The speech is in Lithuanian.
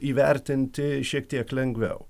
įvertinti šiek tiek lengviau